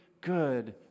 good